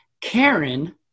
Karen